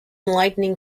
lightning